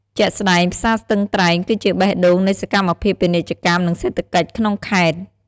ជាក់ស្តែង ផ្សារស្ទឹងត្រែង គឺជាបេះដូងនៃសកម្មភាពពាណិជ្ជកម្ម និងសេដ្ឋកិច្ចក្នុងខេត្ត។